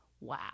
wow